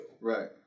Right